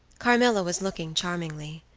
carmilla was looking charmingly.